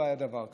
לא היה דבר כזה.